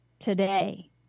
Today